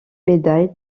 médaille